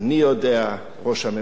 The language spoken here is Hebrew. ראש הממשלה יודע,